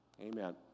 Amen